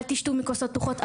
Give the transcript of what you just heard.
אל תשתו מכוסות פתוחות,